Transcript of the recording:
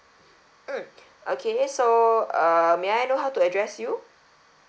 mm okay so err may I know how to address you